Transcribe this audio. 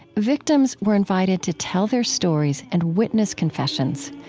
victims were invited to tell their stories and witness confessions.